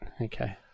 Okay